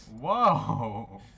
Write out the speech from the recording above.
whoa